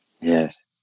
Yes